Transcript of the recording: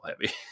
heavy